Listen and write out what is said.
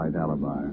alibi